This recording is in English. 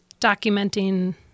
documenting